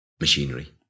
machinery